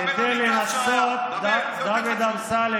לא הבנתי.